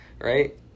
right